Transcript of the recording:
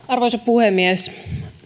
arvoisa puhemies